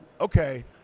okay